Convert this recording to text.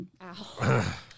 Ow